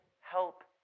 help